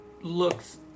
looks